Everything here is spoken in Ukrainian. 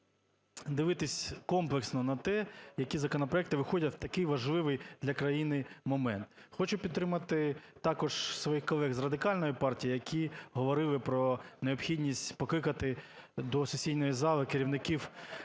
дивитися комплексно на те, які законопроекти виходять в такий важливий для країни момент. Хочу підтримати також своїх колег з Радикальної партії, які говорили про необхідність покликати до сесійної зали керівників